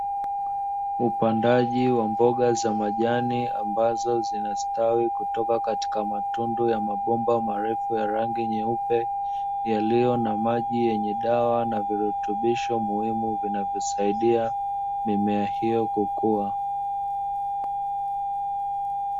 Upandaji wa mboga za majani ambazo zinastawi kutoka matundu ya mabomba marefu ya rangi nyeupe, yalio na maji yenye dawa na virutubisho muhimu vinavyosaidia mimea hiyo kukua.